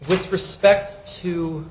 with respect to